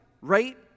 right